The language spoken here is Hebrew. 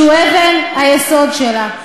שהוא אבן היסוד שלה,